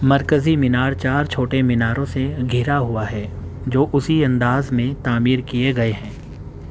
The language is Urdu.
مرکزی مینار چار چھوٹے میناروں سے گھرا ہوا ہے جو اسی انداز میں تعمیر کیے گئے ہیں